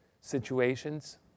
situations